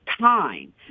time